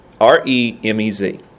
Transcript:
R-E-M-E-Z